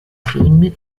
film